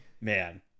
Man